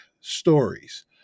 stories